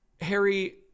harry